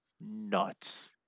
nuts